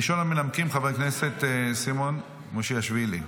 ראשון המנמקים, חבר הכנסת סימון מושיאשוילי.